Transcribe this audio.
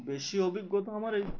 বেশি অভিজ্ঞতা আমার এই